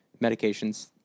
medications